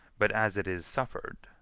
but as it is suffered.